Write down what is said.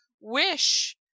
wish